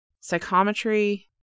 psychometry